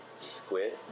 squid